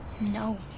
No